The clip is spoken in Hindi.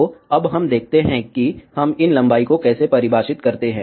तो अब हम देखते हैं कि हम इन लंबाई को कैसे परिभाषित करते हैं